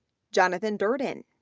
jonathan durden,